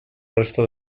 resto